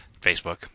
Facebook